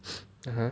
(uh huh)